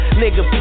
nigga